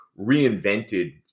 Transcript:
reinvented